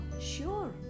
sure